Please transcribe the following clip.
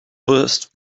wirst